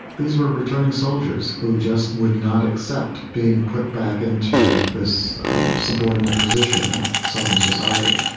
these were returning soldiers who just would not accept being put back into this subordinate position in southern society.